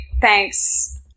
Thanks